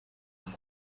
ibye